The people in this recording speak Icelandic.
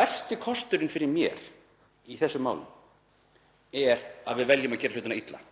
Versti kosturinn fyrir mér í þessum málum er að við veljum að gera hlutina illa